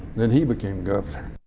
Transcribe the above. then he became governor.